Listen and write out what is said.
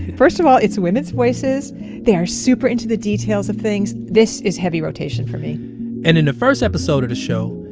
first of all, it's women's voices they are super into the details of things. this is heavy rotation for me and in the first episode of the show,